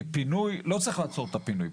כי לא צריך לעצור את הפינוי.